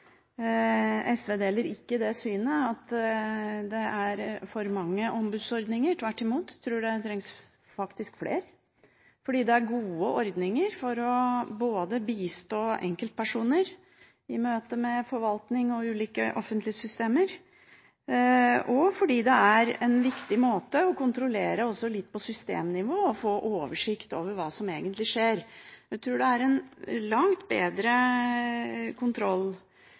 SV deler ikke det synet at det er for mange ombudsordninger, tvert imot tror jeg faktisk man trenger flere – fordi dette er gode ordninger for å bistå enkeltpersoner i møte med forvaltning og ulike offentlige systemer, og fordi det er en viktig måte også å kontrollere litt på systemnivå og få oversikt over hva som skjer. Jeg tror dette er en langt bedre kontroll-